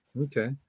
Okay